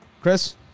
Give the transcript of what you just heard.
Chris